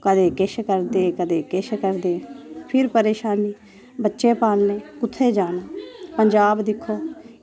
कदें किश करदे कदें किश करदे फिर परेशानी बच्चे पाने लेई कुत्थै जाना पंजाब दिक्खो कदें किश करदे कदें किश करदे फिर परेशानी बच्चे पाने लेई कुत्थै जाना पंजाब दिक्खो